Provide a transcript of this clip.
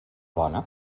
bona